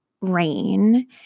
rain